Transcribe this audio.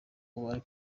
ari